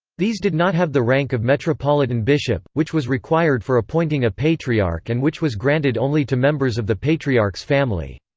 these did not have the rank of metropolitan bishop, which was required for appointing a patriarch and which was granted only to members of the patriarch's family.